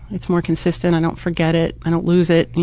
it's more consistent. i don't forget it. i don't lose it you